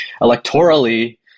Electorally